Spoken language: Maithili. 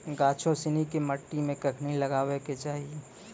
गाछो सिनी के मट्टी मे कखनी लगाबै के चाहि?